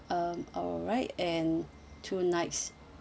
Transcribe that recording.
um alright and two nights